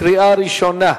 קריאה ראשונה,